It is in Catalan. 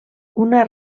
una